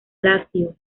lazio